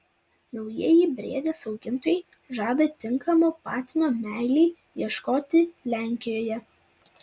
naujieji briedės augintojai žada tinkamo patino meilei ieškoti lenkijoje